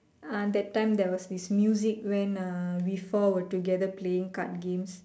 ah that time there was this music when uh we four were together playing card games